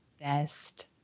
best